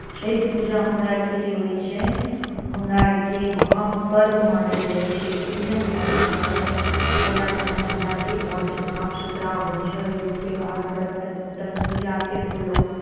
छठि पूजा हमरा आरके जे होयत छै हमरा आरके महापर्व मानल जाइत छै ओहिमे हमसब पहिला नम्मर हमरा आरके घरके साफ सुथरा होयत छै ओहिके बाद बर्तन ओर्तन पूजाकेँ धोलहुँ